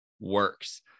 works